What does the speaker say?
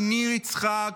מניר יצחק,